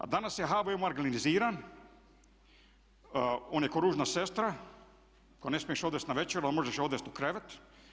A danas je HVO marginaliziran, on je kao ružna sestra koju ne smiješ odvesti na večeru a možeš je odvesti u krevet.